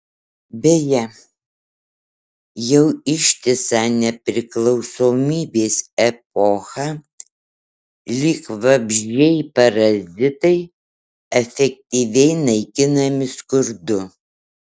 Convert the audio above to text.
beje jau ištisą nepriklausomybės epochą lyg vabzdžiai parazitai efektyviai naikinami skurdu